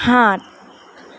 সাত